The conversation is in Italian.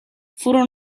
furono